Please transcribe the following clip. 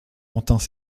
longtemps